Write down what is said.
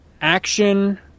action